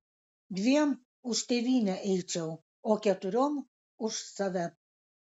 dviem už tėvynę eičiau o keturiom už save